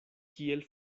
kiel